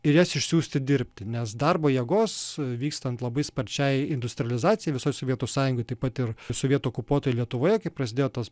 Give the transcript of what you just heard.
ir jas išsiųsti dirbti nes darbo jėgos vykstant labai sparčiai industrializacijai visoj sovietų sąjungoj taip pat ir sovietų okupuotoje lietuvoje kai prasidėjo tos